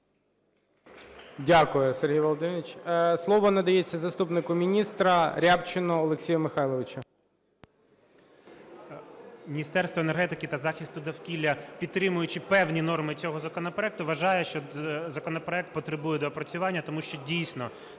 Дякую, Сергій Володимирович. Слово надається заступнику міністра Рябчину Олексію Михайловичу. 13:03:03 РЯБЧИН О.М. Міністерство енергетики та захисту довкілля, підтримуючи певні норми цього законопроекту, вважає, що законопроект потребує доопрацювання, тому що, дійсно,